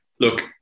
look